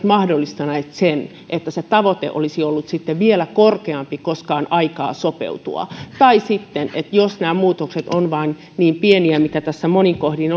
mahdollistanut sen että se tavoite olisi ollut vielä korkeampi koska on aikaa sopeutua tai kun nämä muutokset ovat niin pieniä jollaisiksi ne tässä monin kohdin